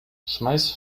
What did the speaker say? schmeiß